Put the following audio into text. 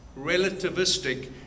relativistic